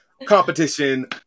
competition